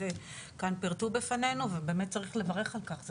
שכאן פרטו בפנינו ובאמת צריך לברך על כך,